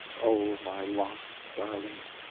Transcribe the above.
oh, my lost darling!